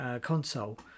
console